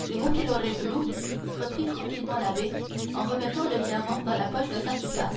c'est vous qui l'aurez voulu reprit tranquillement l'abbé en remettant le diamant dans la poche de sa soutane